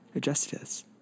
justice